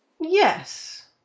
Yes